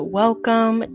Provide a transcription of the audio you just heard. welcome